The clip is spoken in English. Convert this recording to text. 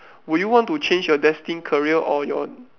will you want to change your destined career or your